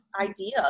idea